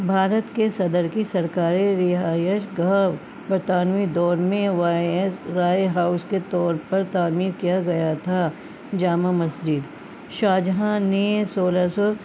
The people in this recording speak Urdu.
بھارت کے صدر کی سرکاری رہائش گاہ برطانوی دور میں وائس رائے ہاؤس کے طور پر تعمیر کیا گیا تھا جامع مسجد شاہجہاں نے سولہ سو